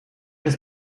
des